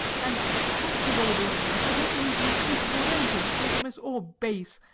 and, as for lord illingworth, i don't believe he is capable of anything infamous or base.